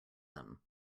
them